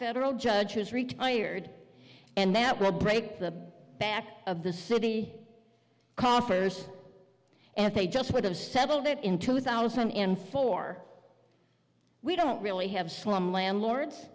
federal judge has retired and that will break the back of the city coffers and they just would have settled it in two thousand and four we don't really have slum landlords